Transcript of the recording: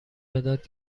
مداد